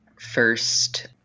first